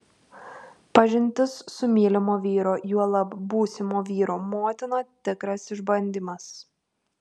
pažintis su mylimo vyro juolab būsimo vyro motina tikras išbandymas